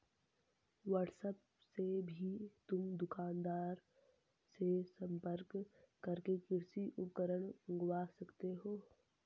WhatsApp से भी तुम दुकानदार से संपर्क करके कृषि उपकरण मँगवा सकते हो